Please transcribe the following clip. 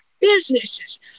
businesses